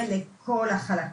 לכל החלקים.